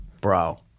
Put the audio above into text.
Bro